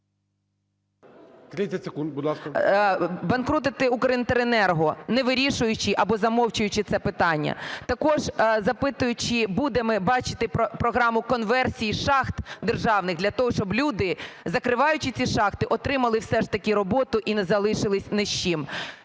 Банкрутити "Укрінтеренерго", не вирішуючи або замовчуючи це питання. Також запитую, чи будемо ми бачити програму конверсії шахт державних для того, щоб люди, закриваючи ці шахти, отримали все ж таки роботу і не залишилися ні з чим.